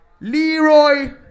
Leroy